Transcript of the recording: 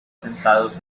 sentados